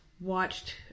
watched